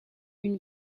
une